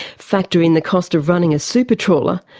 factor in the cost of running a super trawler,